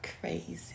crazy